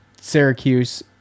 Syracuse